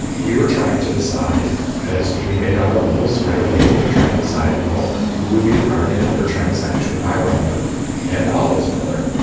we were trying to decide as we made out our wills right away and we were trying to decide, well, who would be the guardian and we were trying to say between my brother and ali, his brother.